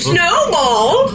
Snowball